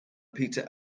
peter